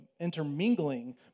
intermingling